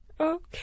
Okay